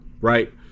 right